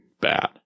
bad